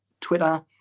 Twitter